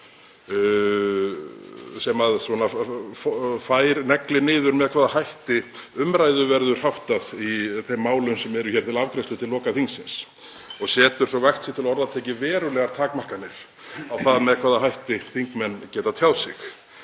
sem neglir niður með hvaða hætti umræðunni verður háttað í þeim málum sem eru hér til afgreiðslu á lokadögum þingsins og setur, svo vægt sé til orða tekið, verulegar takmarkanir á það með hvaða hætti þingmenn geta tjáð sig.